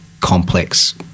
complex